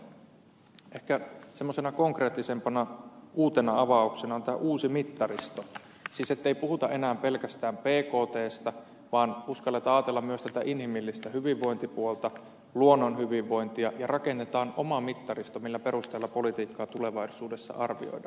samaten ehkä semmoisena konkreettisempana uutena avauksena on tämä uusi mittaristo siis ettei puhuta enää pelkästään bktstä vaan uskalletaan ajatella myös tätä inhimillistä hyvinvointipuolta luonnon hyvinvointia ja rakennetaan oma mittaristo millä perusteella politiikkaa tulevaisuudessa arvioidaan